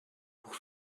pour